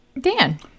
dan